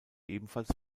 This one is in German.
ebenfalls